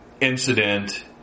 incident